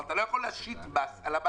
אבל אתה לא יכול להשית על המעסיק.